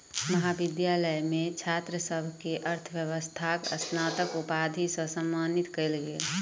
महाविद्यालय मे छात्र सभ के अर्थव्यवस्थाक स्नातक उपाधि सॅ सम्मानित कयल गेल